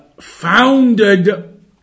founded